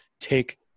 take